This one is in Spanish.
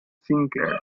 sinclair